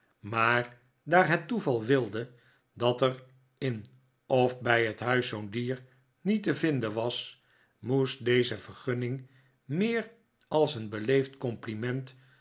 maar daar het toeval wilde dat er in of bij het huis zoo'n dier niet te vinden was moest deze vergunning meer als een beleefd compliment